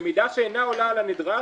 ובמידה שאינה עולה על הנדרש,